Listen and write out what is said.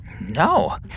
No